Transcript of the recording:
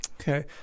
okay